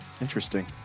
Interesting